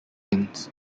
ins